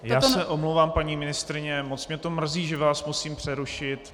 Já se omlouvám, paní ministryně, moc mě to mrzí, že vás musím přerušit.